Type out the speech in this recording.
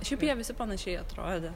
šiaip jie visi panašiai atrodė